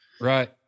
Right